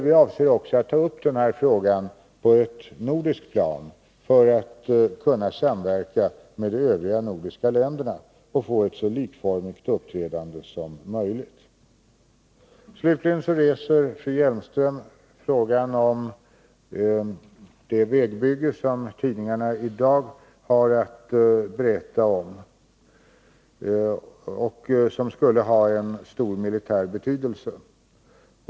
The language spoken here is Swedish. Vi avser också att ta upp denna fråga på ett nordiskt plan för att kunna samverka med de övriga nordiska länderna och få ett så likformigt uppträdande som möjligt. Slutligen reser fru Hjelmström frågan om det vägbygge som tidningarna i dag har att berätta om och som skulle ha en stor militär betydelse.